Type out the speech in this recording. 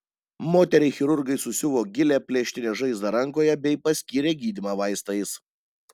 moteriai chirurgai susiuvo gilią plėštinę žaizdą rankoje bei paskyrė gydymą vaistais